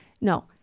no